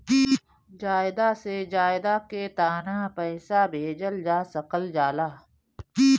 ज्यादा से ज्यादा केताना पैसा भेजल जा सकल जाला?